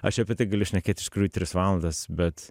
aš apie tai galiu šnekėt iš tikrųjų tris valandas bet